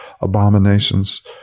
abominations